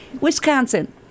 Wisconsin